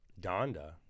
Donda